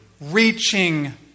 reaching